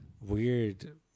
weird